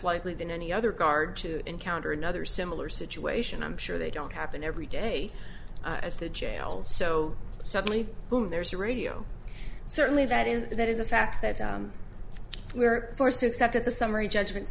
likely than any other guard to encounter another similar situation i'm sure they don't happen every day at the jail so suddenly boom there's a radio certainly that is that is a fact that we were forced to accept at the summary judgment